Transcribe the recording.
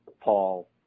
Paul